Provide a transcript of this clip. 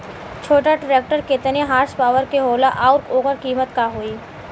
छोटा ट्रेक्टर केतने हॉर्सपावर के होला और ओकर कीमत का होई?